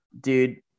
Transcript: Dude